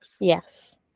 yes